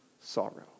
sorrow